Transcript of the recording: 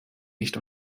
nicht